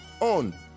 on